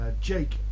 Jake